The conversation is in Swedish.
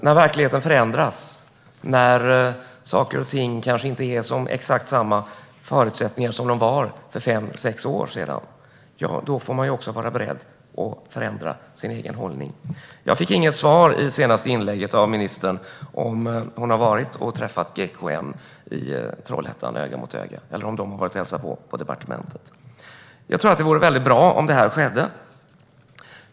När verkligheten förändras och förutsättningarna inte är exakt som de var för fem eller sex år sedan får man vara beredd att förändra sin egen hållning. Jag fick inget svar av ministern i hennes senaste inlägg om huruvida hon har varit och träffat GKN i Trollhättan, öga mot öga, eller om GKN har varit på departementet och hälsat på. Jag tror att det vore väldigt bra om detta skedde.